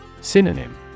Synonym